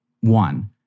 One